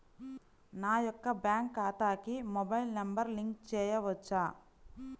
నా యొక్క బ్యాంక్ ఖాతాకి మొబైల్ నంబర్ లింక్ చేయవచ్చా?